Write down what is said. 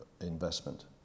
investment